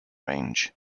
range